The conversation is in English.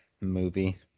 movie